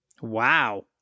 Wow